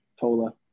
Tola